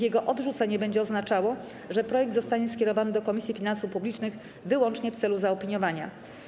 Jego odrzucenie będzie oznaczało, że projekt zostanie skierowany do Komisji Finansów Publicznych wyłącznie w celu zaopiniowania.